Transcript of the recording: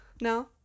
No